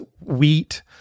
wheat